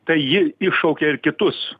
tai ji iššaukė ir kitus